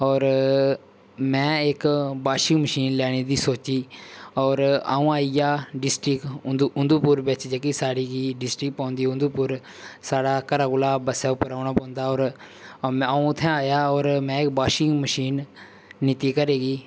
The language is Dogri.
होर मैं इक वाशिंग मशीन लैने दी सोची होर अ'ऊं आई गेआ डिस्ट्रीक्ट उधमपुर बिच्च जेह्की साढ़ी डिस्ट्रीक्ट पौंदी उधमपुर साढ़ा घरा कोला बस्सै उप्पर औना पौंदा होर अ'ऊं उत्थैं आया होर अ'ऊं इक वाशिंग मशीन लेती घरै गी